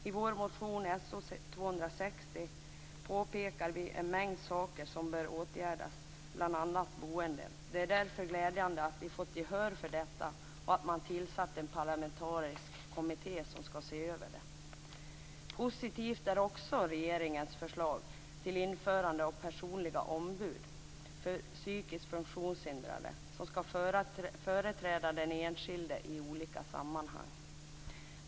I vår motion So260 påpekar vi en mängd saker som bör åtgärdas, bl.a. boendet. Det är glädjande att vi har fått gehör för detta och att man har tillsatt en parlamentarisk kommitté som skall se över frågorna. Positivt är också regeringens förslag till införande av personliga ombud för psykiskt funktionshindrade, som skall företräda den enskilde i olika sammanhang.